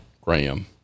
graham